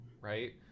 Right